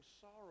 sorrow